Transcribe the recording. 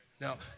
Now